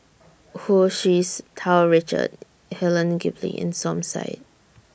Hu Tsu Tau Richard Helen Gilbey and Som Said